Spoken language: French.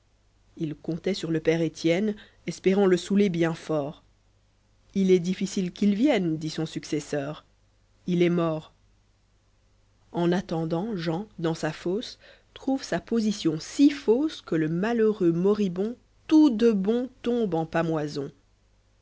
il comptait sur le père etienne espérant le soûler bien fort il est difficile qu'il vienne bit son successeur il est mort en attendant jean dans sa fosse trouve sa position si fausse que le malheureux moribond tout de bon tombe en pâmoison